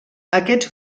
aquests